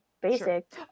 basic